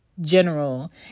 general